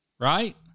right